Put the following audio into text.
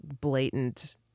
blatant